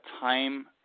time